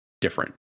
different